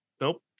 Nope